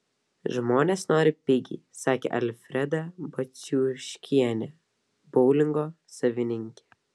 žmonės nori pigiai sakė alfreda baciuškienė boulingo savininkė